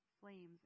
flames